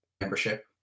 membership